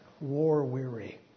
war-weary